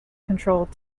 controlled